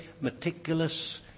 meticulous